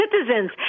citizens